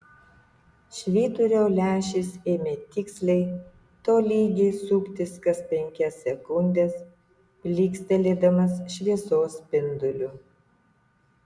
švyturio lęšis ėmė tiksliai tolygiai suktis kas penkias sekundes plykstelėdamas šviesos spinduliu